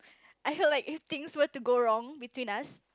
I feel like if things were to go wrong between us